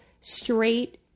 straight